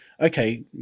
okay